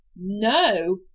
No